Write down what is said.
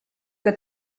que